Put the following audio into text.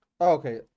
Okay